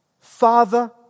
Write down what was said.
Father